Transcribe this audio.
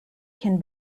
can